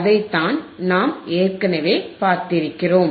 அதைத்தான் நாம் ஏற்கனவே பார்த்திருக்கிறோம்